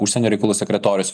užsienio reikalų sekretorius